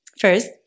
First